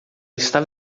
estava